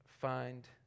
find